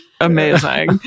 Amazing